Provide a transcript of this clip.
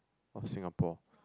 of Singapore